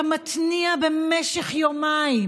אתה מתניע במשך יומיים,